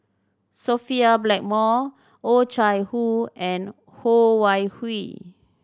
Sophia Blackmore Oh Chai Hoo and Ho Wan Hui